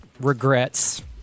regrets